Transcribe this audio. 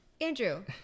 Andrew